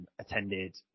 attended